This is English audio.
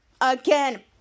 Again